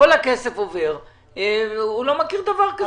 שכל הכסף עובר והוא לא מכיר דבר כזה.